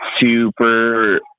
super